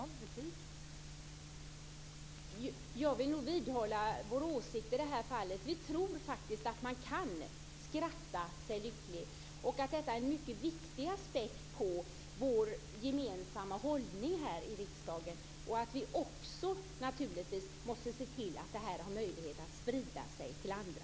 Fru talman! Jag vill nog vidhålla vår åsikt i det här fallet. Vi tror faktiskt att man kan skratta sig lycklig och att detta är en mycket viktig aspekt på vår gemensamma hållning här i riksdagen. Vi måste naturligtvis också se till att det här har möjlighet att sprida sig till andra.